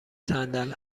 صندل